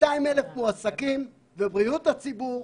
200,000 מועסקים, ובריאות הציבור,